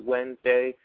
Wednesday